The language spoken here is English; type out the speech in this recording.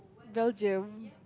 Belgium